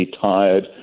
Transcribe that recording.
tired